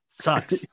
sucks